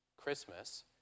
Christmas